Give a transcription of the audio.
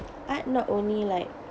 art not only like